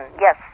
yes